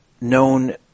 known